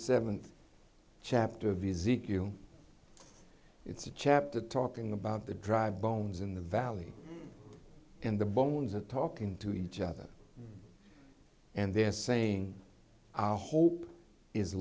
seventh chapter of visit you it's a chapter talking about the dry bones in the valley and the bones are talking to each other and they're saying our hope is